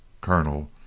colonel